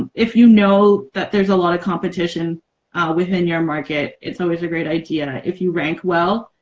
if you know that there's a lot of competition within your market, it's always a great idea. if you rank well,